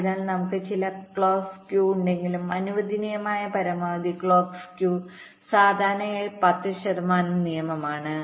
അതിനാൽ നമുക്ക് ചില ക്ലോക്ക് സ്ക്യൂ ഉണ്ടെങ്കിലും അനുവദനീയമായ പരമാവധി ക്ലോക്ക് സ്ക്യൂ സാധാരണയായി 10 ശതമാനം നിയമമാണ്